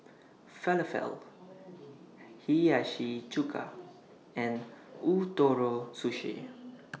Falafel Hiyashi Chuka and Ootoro Sushi